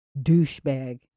douchebag